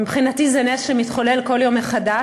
מבחינתי זה נס שמתחולל כל יום מחדש,